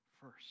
first